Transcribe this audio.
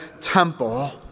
temple